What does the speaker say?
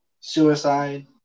suicide